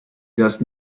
does